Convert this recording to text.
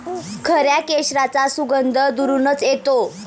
खऱ्या केशराचा सुगंध दुरूनच येतो